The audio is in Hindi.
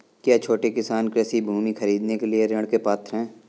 क्या छोटे किसान कृषि भूमि खरीदने के लिए ऋण के पात्र हैं?